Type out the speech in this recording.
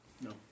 No